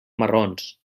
marrons